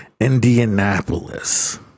Indianapolis